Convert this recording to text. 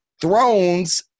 Thrones –